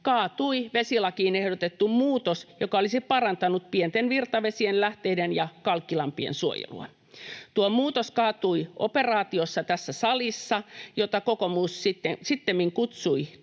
kaatui vesilakiin ehdotettu muutos, joka olisi parantanut pienten virtavesien lähteiden ja kalkkilampien suojelua. Tuo muutos kaatui tässä salissa operaatiossa, jota kokoomus sittemmin kutsui työtapaturmaksi